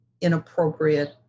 inappropriate